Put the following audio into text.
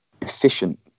efficient